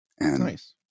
Nice